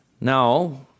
Now